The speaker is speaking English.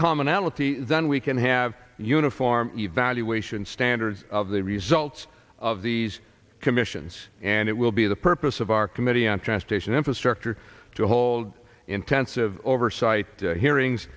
commonality then we can have uniform evaluation standards of the results of these commissions and it will be the purpose of our committee on transportation infrastructure to hold intensive oversight hearings